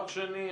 דבר שני,